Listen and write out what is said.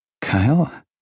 Kyle